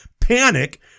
panic